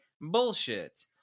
bullshit